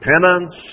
Penance